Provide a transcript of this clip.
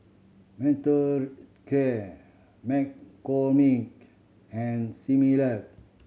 Mothercare McCormick and Similac